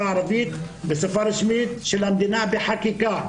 הערבית כשפה רשמית של המדינה בחקיקה.